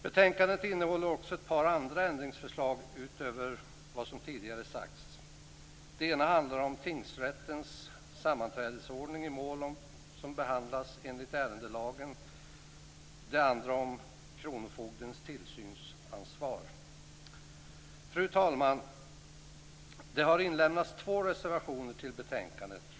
Betänkandet innehåller också ett par andra ändringsförslag utöver vad som tidigare sagts. Det ena handlar om tingsrättens sammanträdesordning i mål som behandlas enligt ärendelagen, och det andra handlar om kronofogdens tillsynsansvar. Fru talman! Det har inlämnats två reservationer till betänkandet.